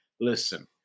listen